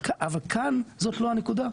אבל כאן זאת לא הנקודה,